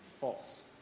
false